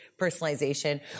personalization